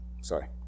Sorry